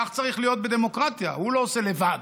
כך צריך להיות בדמוקרטיה, הוא לא עושה לבד.